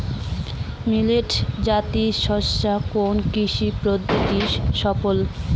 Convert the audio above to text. Millet জাতীয় শস্য কোন কৃষি পদ্ধতির ফসল?